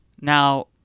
Now